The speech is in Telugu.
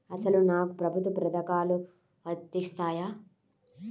అసలు నాకు ప్రభుత్వ పథకాలు వర్తిస్తాయా?